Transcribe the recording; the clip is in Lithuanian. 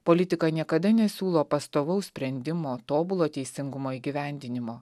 politika niekada nesiūlo pastovaus sprendimo tobulo teisingumo įgyvendinimo